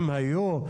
אם היו,